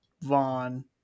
Vaughn